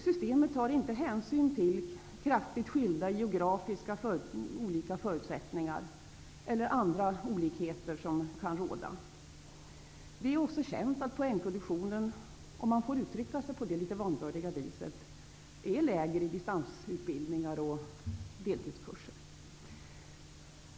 Systemet tar inte hänsyn till kraftigt skilda, geografiska förutsättningar eller andra olikheter som kan råda. Det är också känt att poängproduktionen, om man får uttrycka sig på det litet vanvördiga viset, är lägre i distansutbildningar och deltidskurser.